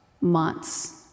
months